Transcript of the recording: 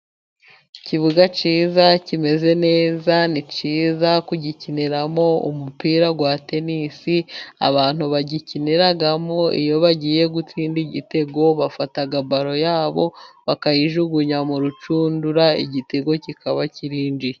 Ikibuga cyiza kimeze neza. Ni cyiza kugikiniramo umupira wa tenisi. Abantu bagikiniramo iyo bagiye gutsinda igitego bafata balo yabo bakayijugunya mu rushundura, igitego kikaba kirinjiye.